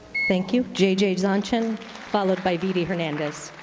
thank you, jj zonchin followed by vidi hernandez.